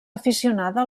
aficionada